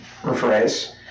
rephrase